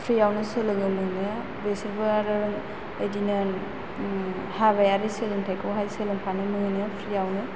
फ्रियावनो सोलोंनो मोनो बेसोरबो आरो इदिनो उम हाबायारि सोलोंथाइखौ हाय सोलोंफानो मोनो फ्रियावनो